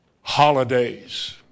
holidays